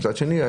מצד שני,